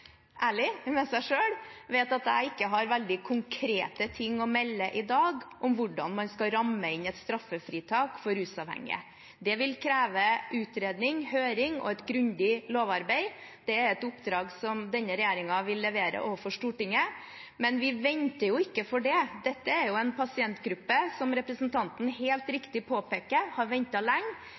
ærlig med seg selv, vet at jeg ikke har veldig konkrete ting å melde i dag om hvordan man skal ramme inn et straffefritak for rusavhengige. Det vil kreve utredning, høring og et grundig lovarbeid. Det er et oppdrag som denne regjeringen vil levere overfor Stortinget. Men vi venter jo ikke for det. Dette er en pasientgruppe som har ventet lenge, som representanten helt riktig påpeker.